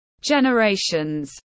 generations